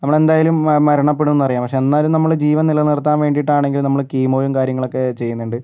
നമ്മൾ എന്തായാലും മരണപ്പെടും എന്നറിയാം പക്ഷേ എന്നാലും നമ്മൾ ജീവൻ നിലനിർത്താൻ വേണ്ടിയിട്ടാണെങ്കിലും നമ്മൾ കീമോയും കാര്യങ്ങളുമൊക്കെ ചെയ്യുന്നുണ്ട്